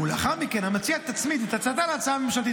לרבות בחינה של אפשרות ריכוז הטיפול,